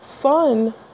fun